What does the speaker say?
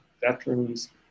veterans